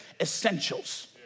essentials